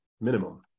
minimum